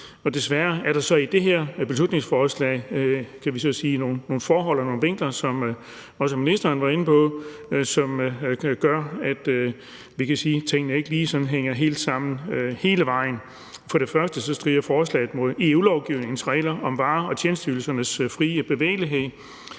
Desværre er der i det her beslutningsforslag nogle forhold og nogle vinkler, som ministeren også var inde på, der gør, at vi kan sige, at tingene ikke sådan lige hænger helt sammen hele vejen. For det første strider forslaget imod EU-lovgivningens regler om varernes og tjenesteydelsernes frie bevægelighed.